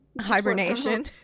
hibernation